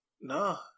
No